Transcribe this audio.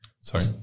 Sorry